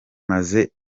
maze